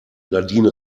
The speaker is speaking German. nadine